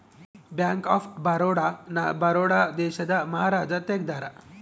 bank of Baroda ನ ಬರೋಡ ದೇಶದ ಮಹಾರಾಜ ತೆಗ್ದಾರ